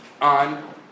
on